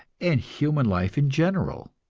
and human life in general.